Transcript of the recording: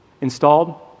Installed